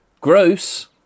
gross